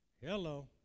Hello